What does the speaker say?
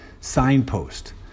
Signpost